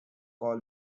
call